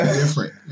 different